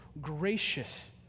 gracious